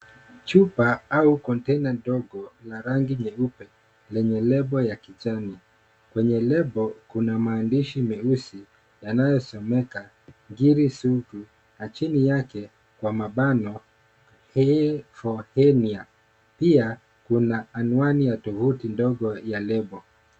Chupa au kontena ndogo la rangi nyeupe lenye lebo ya kijani. Kwenye lebo kuna maandishi meusi yanayosomeka Ngiri Sugu na chini yake kwa mabano for hernia . Pia kuna anwani ya tovuti ndogo ya lebo.